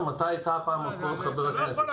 חבר הכנסת,